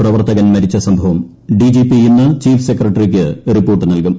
പ്രവർത്തകൻ മരിച്ച സ്ംഭവം ഡിജിപി ഇന്ന് ചീഫ് സെക്രട്ടറിക്ക് റിപ്പോർട്ട് നൽകും